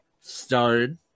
Stone